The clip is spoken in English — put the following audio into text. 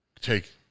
take